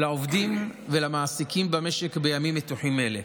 לעובדים ולמעסיקים במשק בימים מתוחים אלו.